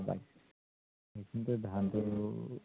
ধানটো